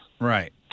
Right